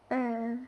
ah ah